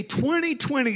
2020